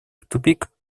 тупик